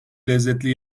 lezzetli